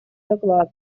доклад